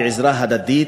ועזרה הדדית,